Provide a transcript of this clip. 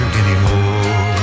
anymore